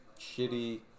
shitty